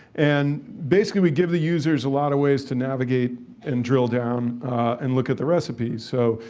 and basically, we give the users a lot of ways to navigate and drill down and look at the recipe. so,